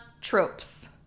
tropes